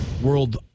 World